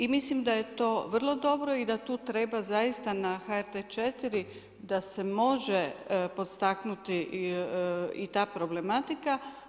I mislim da je to vrlo dobro i da tu treba zaista na HRT-e 4 da se može podstaknuti i ta problematika.